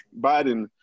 Biden